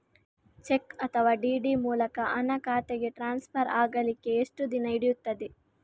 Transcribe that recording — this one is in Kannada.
ಚೆಕ್ ಅಥವಾ ಡಿ.ಡಿ ಮೂಲಕ ಹಣ ಖಾತೆಗೆ ಟ್ರಾನ್ಸ್ಫರ್ ಆಗಲಿಕ್ಕೆ ಎಷ್ಟು ದಿನ ಹಿಡಿಯುತ್ತದೆ?